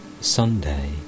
Sunday